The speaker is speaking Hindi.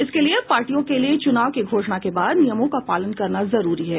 इसके लिए पार्टियों के लिए चुनाव की घोषणा के बाद नियमों का पालन करना जरूरी है